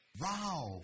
Wow